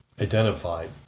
identified